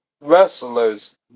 Wrestlers